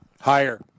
Higher